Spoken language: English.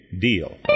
deal